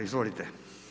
Izvolite.